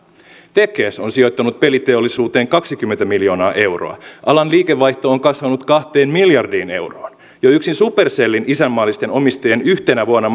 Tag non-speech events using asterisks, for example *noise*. tekes on sijoittanut peliteollisuuteen kaksikymmentä miljoonaa euroa alan liikevaihto on kasvanut kahteen miljardiin euroon jo yksin supercellin isänmaallisten omistajien yhtenä vuonna *unintelligible*